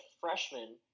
freshman